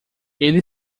ele